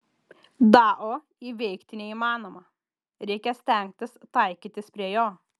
dao įveikti neįmanoma reikia stengtis taikytis prie jo